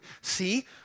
See